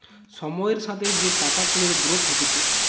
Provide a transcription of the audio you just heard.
সময়ের সাথে যে টাকা কুড়ির গ্রোথ হতিছে